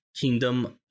Kingdom